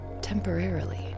temporarily